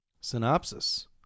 Synopsis